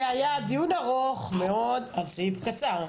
זה היה דיון ארוך מאוד על סעיף קצר.